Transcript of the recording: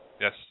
Yes